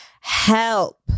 help